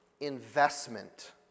investment